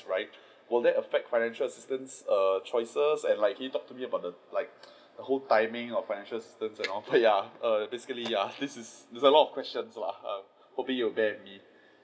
right will that affect financial assistance err choices and like he talk to me about the like the whole timing of financial assistance you know ya basically ya this is there is a lot of questions lah hoping you will bear with me